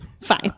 fine